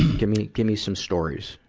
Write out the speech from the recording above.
give me, give me some stories.